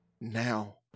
now